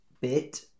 bit